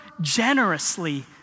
generously